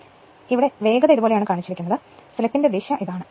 ഈ ചിത്രത്തിലെ വേഗത ഇതുപോലെയാണ് സ്ലിപ്പ് ദിശ ഇതാണ്